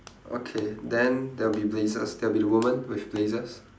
okay then there will be blazers there will be the woman with blazers